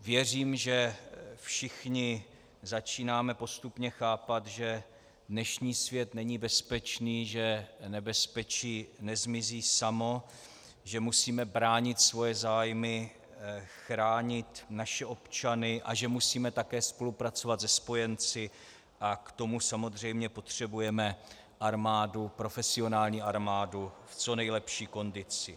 Věřím, že všichni začínáme postupně chápat, že dnešní svět není bezpečný, že nebezpečí nezmizí samo, že musíme bránit svoje zájmy, chránit naše občany a že musíme také spolupracovat se spojenci a k tomu samozřejmě potřebujeme profesionální armádu v co nejlepší kondici.